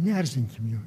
neerzinkim jų